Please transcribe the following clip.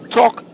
talk